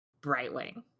brightwing